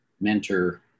mentor